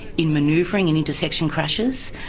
in manoeuvring and intersection crashes,